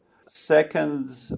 Second